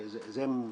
זה לא